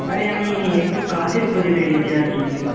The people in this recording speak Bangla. আরে আমি একটু কাজের খোঁজে বেড়িয়েছি আর কি